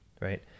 right